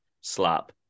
slap